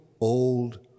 old